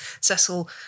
Cecil